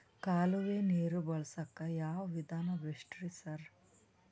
ಕಾಲುವೆ ನೀರು ಬಳಸಕ್ಕ್ ಯಾವ್ ವಿಧಾನ ಬೆಸ್ಟ್ ರಿ ಸರ್?